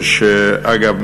אגב,